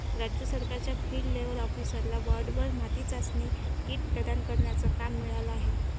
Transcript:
राज्य सरकारच्या field level ऑफिसरला पोर्टेबल माती चाचणी किट प्रदान करण्याचा काम मिळाला आहे